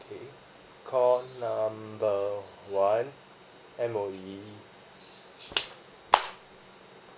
okay call number one M_O_E